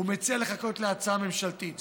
הוא מציע לחכות להצעה ממשלתית.